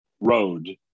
road